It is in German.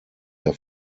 der